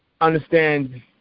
understand